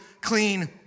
clean